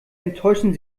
enttäuschen